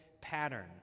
pattern